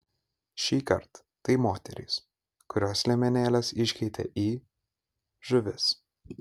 šįkart tai moterys kurios liemenėles iškeitė į žuvis